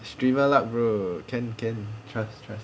stream bro can can trust trust